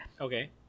Okay